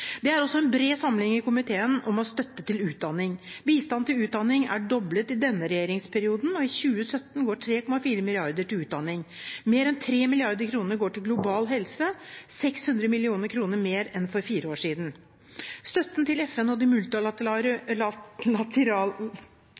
Det er også bred samling i komiteen om støtte til utdanning. Bistanden til utdanning er doblet i denne regjeringsperioden. I 2017 går 3,4 mrd. kr til utdanning. Mer enn 3 mrd. kr går til global helse – 600 mill. kr mer enn for fire år siden. Støtten til FN og de